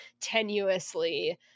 tenuously